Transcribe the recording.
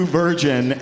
virgin